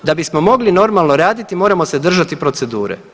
Da bismo mogli normalno raditi moramo se držati procedure.